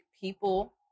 people